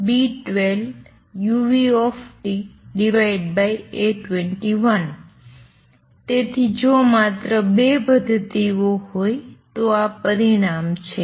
તેથી જો માત્ર ૨ પધ્ધતિઓ હોય તો આ પરિણામ છે